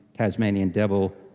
tasmanian devil,